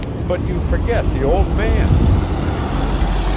but you forget the old man i returned.